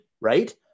Right